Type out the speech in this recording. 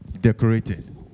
decorated